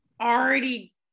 already